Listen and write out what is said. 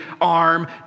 arm